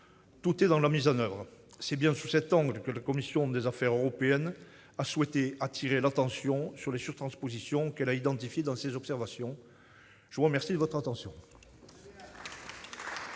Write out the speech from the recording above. tout est dans la mise en oeuvre. C'est bien sous cet angle que la commission des affaires européennes a souhaité attirer l'attention sur les surtranspositions qu'elle a identifiées dans ses observations. Très bien ! La parole est